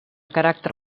caràcter